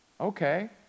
Okay